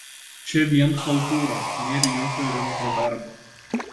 čia vien chaltūra nėr jokio rimto darbo